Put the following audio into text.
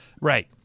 Right